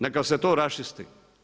Neka se to raščisti.